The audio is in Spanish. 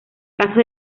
caso